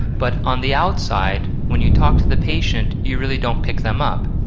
but on the outside, when you talk to the patient you really don't pick them up.